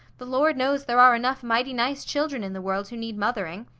the lord knows there are enough mighty nice children in the world who need mothering.